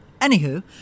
Anywho